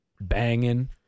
Banging